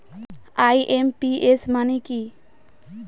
IMPS মানে কি?